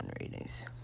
ratings